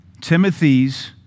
Timothy's